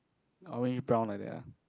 oh very brown like that ah